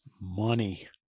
Money